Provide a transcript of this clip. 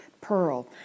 pearl